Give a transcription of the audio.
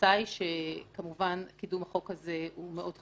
התפיסה היא שכמובן קידום החוק הזה הוא מאוד חשוב,